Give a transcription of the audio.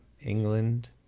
England